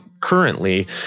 currently